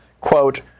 quote